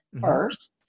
first